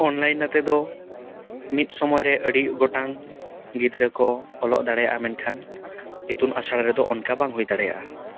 online ᱟᱛᱮᱫᱚ ᱢᱤᱫ ᱥᱚᱢᱚᱭ ᱨᱮ ᱟᱹᱰᱤ ᱜᱚᱴᱟᱝ ᱜᱤᱫᱽᱨᱟᱹ ᱠᱚ ᱚᱞᱚᱜ ᱫᱟᱲᱮᱭᱟᱜᱼᱟ ᱢᱮᱱᱠᱷᱟᱱ ᱤᱛᱩᱱ ᱟᱥᱲᱟ ᱨᱮᱫᱚ ᱚᱱᱠᱟ ᱵᱟᱝ ᱦᱩᱭ ᱫᱟᱲᱮᱭᱟᱜᱼᱟ